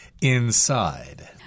inside